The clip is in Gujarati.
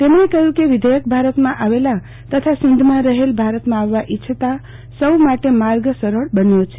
તેમણે કહયું કે વિધેયક ભારતમાં આવેલા તથા સિંધમાં રહેલ અને ભારતમાં આવવા ઈચ્છતાં સા માટે માર્ગ સરળ બન્યો છે